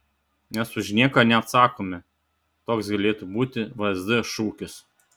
mes už nieką neatsakome toks galėtų būti vsd šūkis